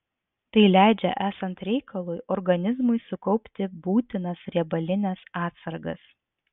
tai leidžia esant reikalui organizmui sukaupti būtinas riebalines atsargas